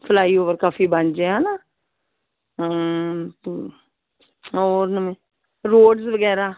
fly over ਕਾਫੀ ਬਣ ਜਾਏ ਹੈ ਨਾ ਹੋਰ ਨਵੇਂ ਰੋਡਸ ਵਗੈਰਾ